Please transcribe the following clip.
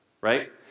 right